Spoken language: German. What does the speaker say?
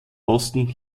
posten